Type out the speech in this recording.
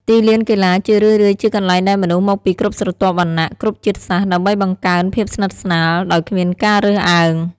ទីលានកីឡាជារឿយៗជាកន្លែងដែលមនុស្សមកពីគ្រប់ស្រទាប់វណ្ណៈ គ្រប់ជាតិសាសន៍ ដើម្បីបង្កើនភាពសិទ្ធស្នាល ដោយគ្មានការរើសអើង។